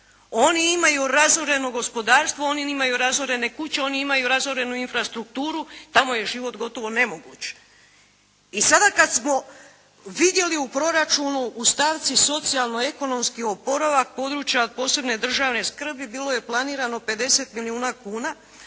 Oni imaju razoreno gospodarstvo, oni imaju razorene kuće, oni imaju razorenu infrastrukturu. Tamo je život gotovo nemoguć. I sada kad smo vidjeli u proračunu u stavci socijalno ekonomski oporavak područja od posebne državne skrbi bilo je planirano 50 milijuna kuna,